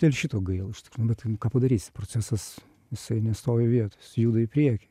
dėl šito gaila bet tai nu ką padarysi procesas jisai nestovi vietoj jis juda į priekį